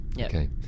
Okay